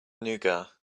nougat